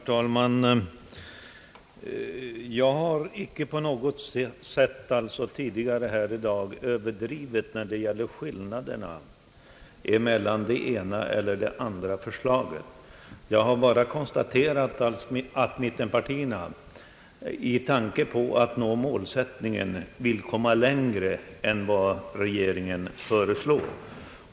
Herr talman! Jag har icke på något sätt tidigare i dag överdrivit skillnaderna mellan det ena och det andra förslaget. Jag har bara konstaterat att mittenpartierna med tanke på att nå målsättningen vill komma längre än vad regeringen föreslår.